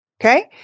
Okay